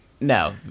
No